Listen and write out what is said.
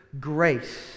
grace